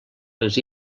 les